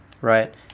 right